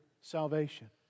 salvation